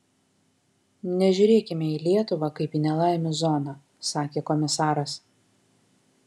nežiūrėkime į lietuvą kaip į nelaimių zoną sakė komisaras